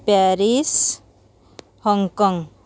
Paris Hong Kong